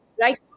right